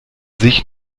sich